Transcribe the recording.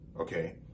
Okay